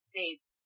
States